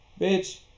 Bitch